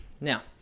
Now